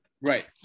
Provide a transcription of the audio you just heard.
Right